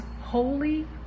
holy